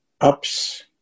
ups